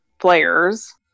players